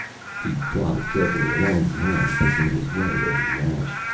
he plodded carefully along behind, picking his way over the ash.